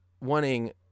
wanting